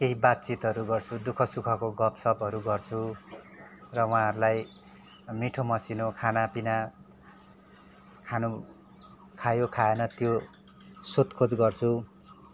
केही बात चितहरू गर्छु दुःख सुखको गफ सफहरू गर्छु र उहाँहरूलाई मिठो मसिनो खाना पिना खानु खायो खाएन त्यो सोध खोज गर्छु